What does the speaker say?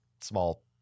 small